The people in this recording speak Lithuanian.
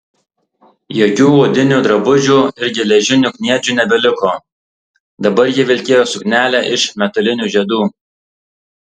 jokių odinių drabužių ir geležinių kniedžių nebeliko dabar ji vilkėjo suknelę iš metalinių žiedų